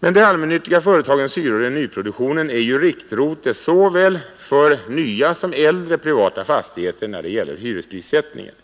Men de allmännyttiga företagens hyror i nyproduktionen är ju riktrote såväl för nya som äldre privata fastigheter, när det gäller hyresprissättningen.